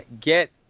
get